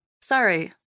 Sorry